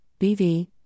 BV